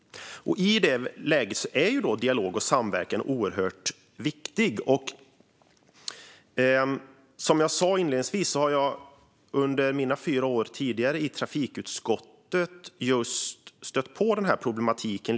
I det läget är dialog och samverkan oerhört viktigt. Som jag sa inledningsvis har jag under mina tidigare fyra år i trafikutskottet stött på den här problematiken.